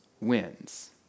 wins